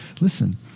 Listen